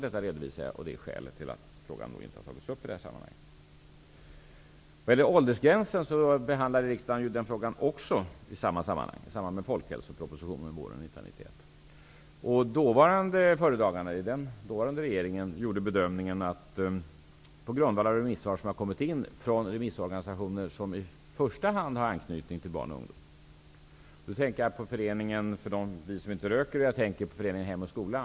Detta redovisar jag som skäl till att frågan inte tagits upp i det här sammanhanget. Så till frågan om åldersgränser. Också den frågan behandlade riksdagen i samband med folkhälsopropositionen våren 1991. Föredraganden i den dåvarande regeringen gjorde bedömningen på grundval av inkomna remissvar från organisationer som i första hand anknyter till barn och ungdom. Jag tänker på ERG, En rökfri generation, och på Hem och Skola.